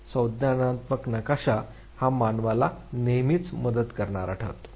संज्ञानात्मक नकाशा हा मानवाला नेहमीच मदत करणारा ठरतो